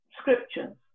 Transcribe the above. scriptures